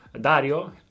Dario